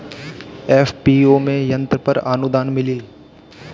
FPO में यंत्र पर आनुदान मिँली?